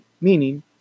meaning